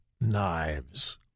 knives